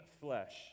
flesh